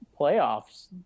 playoffs